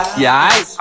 yeah aight